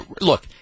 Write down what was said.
look